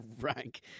rank